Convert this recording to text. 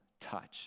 touch